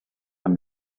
can